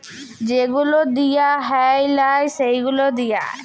যে গুলা দিঁয়া হ্যয় লায় সে গুলা দিঁয়া